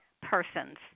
persons